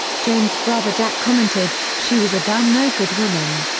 james' brother jack commented, she was a damn no-good woman.